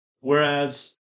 whereas